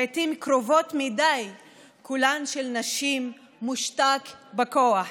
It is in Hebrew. לעיתים קרובות מדי קולן של נשים מושתק בכוח.